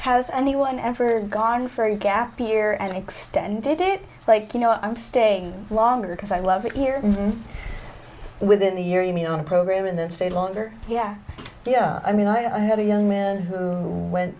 has anyone ever gone for a gap year and extended it like you know i'm staying longer because i love it here and within the year you mean on a program in the state longer yeah yeah i mean i have a young man who went